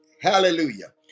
Hallelujah